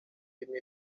imirimo